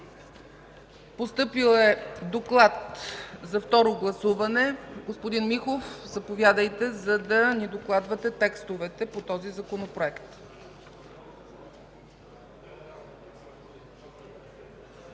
Постъпил е доклад за второ гласуване. Господин Михов, заповядайте да ни докладвате текстовете по този Законопроект.